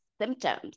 symptoms